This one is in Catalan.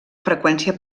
freqüència